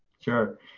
Sure